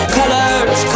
colors